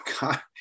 God